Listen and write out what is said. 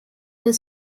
were